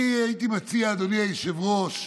אני הייתי מציע, אדוני היושב-ראש,